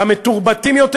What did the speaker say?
המתורבתים יותר.